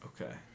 Okay